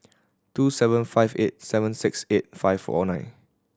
two seven five eight seven six eight five O nine